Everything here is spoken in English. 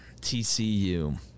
TCU